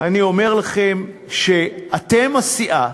אני אומר לכם שאתם הסיעה